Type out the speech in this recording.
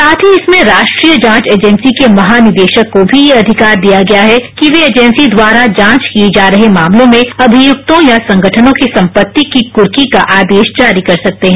साथ ही इसमें राष्ट्रीय जांच एजेंसी के महानिदेशक को भी यह अधिकार दिया गया है कि वे एजेंसी द्वारा जांच किए जा रहे मामलों में अभियुक्तों या संगठनों की सम्पत्ति की कुर्की का आदेश जारी कर सकते हैं